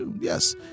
yes